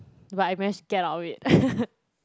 but I managed to get out of it